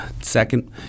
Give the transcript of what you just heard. Second